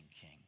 king